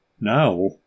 Now